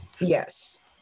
yes